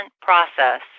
process